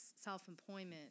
self-employment